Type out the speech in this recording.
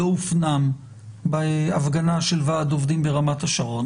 לא הופנם בהפגנה של ועד עובדים ברמת השרון.